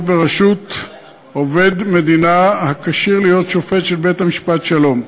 בראשות עובד מדינה הכשיר להיות שופט של בית-המשפט שלום.